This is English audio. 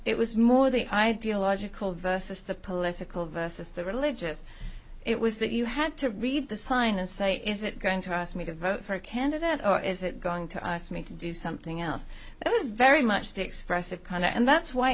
it was more the ideological versus the political versus the religious it was that you had to read the sign and say is it going to ask me to vote for a candidate or is it going to ask me to do something else and i was very much the expressive kind and that's why